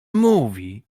mówi